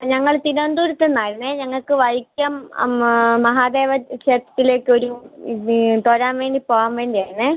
ഞങ്ങൾ തിരുവനന്തപുരത്തുന്നായിരുന്നു ഞങ്ങൾക്ക് വൈക്കം മഹാദേവ ക്ഷേത്രത്തിലേക്കൊരു ഇത് തൊഴാൻ വേണ്ടി പോവാൻ വേണ്ടി ആയിരുന്നു